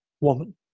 woman